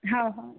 ହେଉ ହେଉ